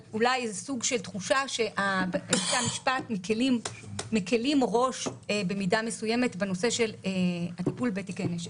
על סוג של תחושה שבתי המשפט מקלים ראש במידה מסוימת בטיפול בתיקי נשק.